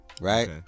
Right